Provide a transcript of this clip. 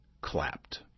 clapped